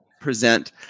present